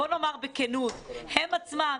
בואו ונאמר בכנות: הם עצמם,